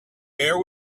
air